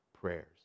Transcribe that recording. prayers